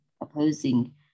opposing